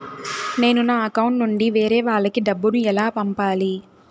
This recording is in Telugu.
నేను నా అకౌంట్ నుండి వేరే వాళ్ళకి డబ్బును ఎలా పంపాలి?